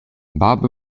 bab